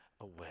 away